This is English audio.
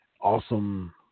awesome